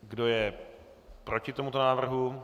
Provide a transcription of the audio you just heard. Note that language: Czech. Kdo je proti tomuto návrhu?